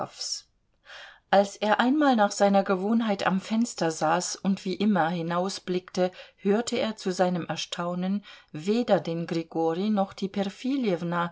als er einmal nach seiner gewohnheit am fenster saß und wie immer hinausblickte hörte er zu seinem erstaunen weder den grigorij noch die